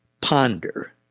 ponder